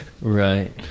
right